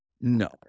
No